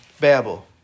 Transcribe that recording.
Babel